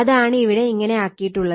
അതാണ് ഇവിടെ ഇങ്ങനെ ആക്കിയിട്ടുള്ളത്